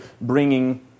bringing